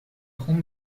خون